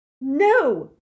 No